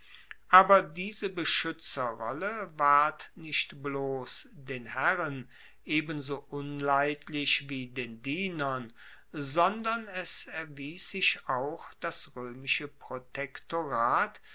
aber diese beschuetzerrolle ward nicht bloss bald den herren ebenso unleidlich wie den dienern sondern es erwies sich auch das roemische